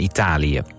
Italië